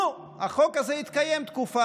נו, החוק הזה התקיים תקופה.